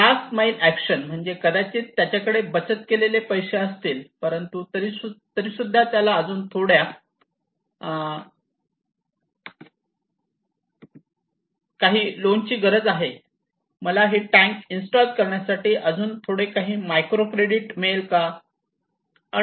last mile action म्हणजेच कदाचित त्याच्याकडे बचत केलेले पैसे असतील परंतु तरीसुद्धा त्याला अजून थोड्या काही लोन ची गरज आहे मला ही टॅंक इन्स्टॉल करण्यासाठी अजून थोडे काही माइक्रोक्रेडिट मिळेल का